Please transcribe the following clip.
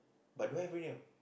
but don't have already no